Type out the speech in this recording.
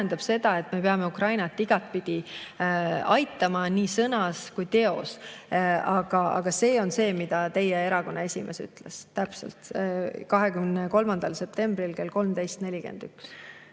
see on see, mida teie erakonna esimees ütles 23. septembril kell 13.41.